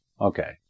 Okay